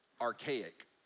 archaic